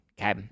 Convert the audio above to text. Okay